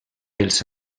els